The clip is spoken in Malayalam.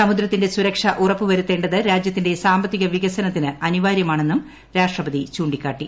സമുദ്രത്തിന്റെ സുരക്ഷ ഉറപ്പുവരുത്തേണ്ടത് രാജ്യത്തിന്റെ സാമ്പത്തിക വികസനത്തിന് അനിവാര്യമാണെന്നും രാഷ്ട്രപതി ചൂണ്ടിക്കാട്ടി